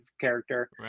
character